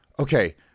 Okay